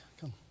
Come